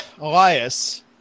Elias